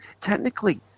technically